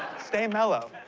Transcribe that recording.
stay melo.